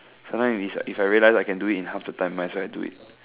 sometime if if I realize I can do it in half the time might as well I do it